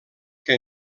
que